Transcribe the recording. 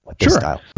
Sure